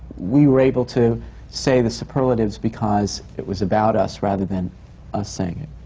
we were able to say the superlatives because it was about us rather than us saying it.